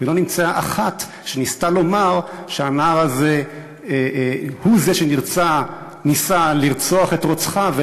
ולא נמצאה אחת שניסתה לומר שהנער הזה הוא שניסה לרצוח את רוצחיו,